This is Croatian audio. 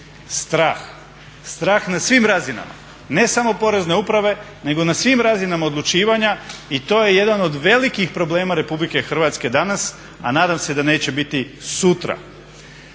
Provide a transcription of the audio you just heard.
Strah, strah na svim razinama, ne samo porezne uprave nego na svim razinama odlučivanja i to je jedan od velikih problema RH danas, a nadam se da neće biti sutra.